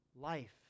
life